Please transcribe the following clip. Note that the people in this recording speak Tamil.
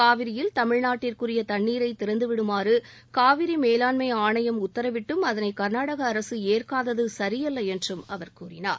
காவிரியில் தமிழ்நாட்டிற்குரிய தன்னீரை திறந்துவிடுமாறு காவிரி மேலாண்மை ஆணையம் உத்தரவிட்டும் அதனை கர்நாடக அரசு ஏற்காதது சரியல்ல என்றும் அவர் கூறினார்